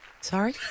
Sorry